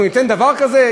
אנחנו ניתן דבר כזה?